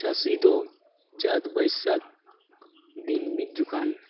ᱪᱟᱹᱥᱤᱫᱚ ᱪᱟᱹᱛ ᱵᱟᱹᱭᱥᱟᱹᱠᱷ ᱫᱤᱱ ᱢᱤᱫ ᱡᱚᱠᱷᱟᱱ